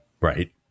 Right